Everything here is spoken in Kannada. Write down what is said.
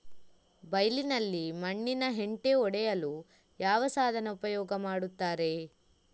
ಬೈಲಿನಲ್ಲಿ ಮಣ್ಣಿನ ಹೆಂಟೆ ಒಡೆಯಲು ಯಾವ ಸಾಧನ ಉಪಯೋಗ ಮಾಡುತ್ತಾರೆ?